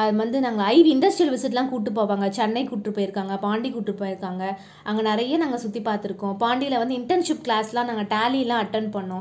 அது வந்து நாங்க ஹை இண்டஸ்ட்ரியல் விஸிட்டெலாம் கூட்டி போவாங்க சென்னை கூட்டி போயிருக்காங்க பாண்டி கூட்டி போயிருக்காங்க அங்கே நிறைய நாங்க சுற்றி பார்த்துருக்கோம் பாண்டியில் வந்து இன்டர்ன்ஷிப் கிளாஸ்லாம் நாங்கள் டேலிலாம் அட்டென்ட் பண்ணிணோம்